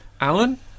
Alan